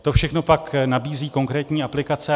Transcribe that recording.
To všechno pak nabízí konkrétní aplikace.